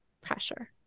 pressure